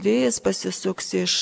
vėjas pasisuks iš